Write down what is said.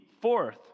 Fourth